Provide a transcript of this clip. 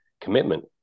commitment